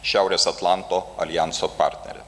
šiaurės atlanto aljanso partnere